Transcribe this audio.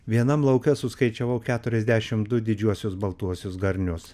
vienam lauke suskaičiavau keturiasdešimt du didžiuosius baltuosius garnius